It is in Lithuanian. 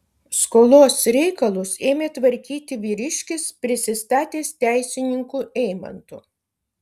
skolos reikalus ėmė tvarkyti vyriškis prisistatęs teisininku eimantu